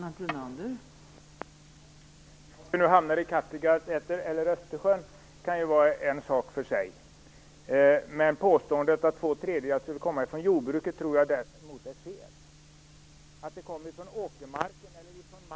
Fru talman! Jag anklagar inte jordbruket. Det skulle aldrig falla mig in att stå i talarstolen i Sveriges riksdag och anklaga jordbruket. Detta är ett stort problem som jordbruket aktivt deltar i.